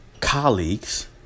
colleagues